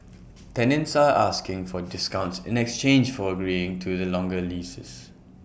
tenants are asking for discounts in exchange for agreeing to the longer leases